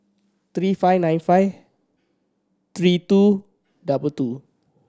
three five nine five three two double two